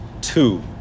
two